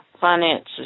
finances